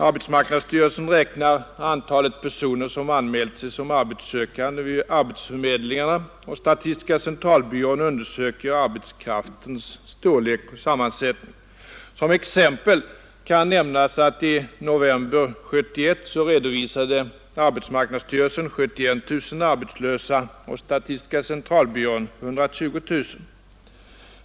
Arbetsmarknadsstyrelsen räknar antalet personer som har anmält sig som arbetssökande vid arbetsförmedlingarna, och statistiska centralbyrån undersöker arbetskraftens storlek och sammansättning. Som exempel kan nämnas att i november 1971 redovisade arbetsmarknadsstyrelsen 71 000 arbetslösa och statistiska centralbyrån 120 000.